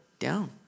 down